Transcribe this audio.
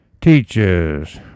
teaches